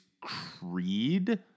Creed